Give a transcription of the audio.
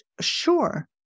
sure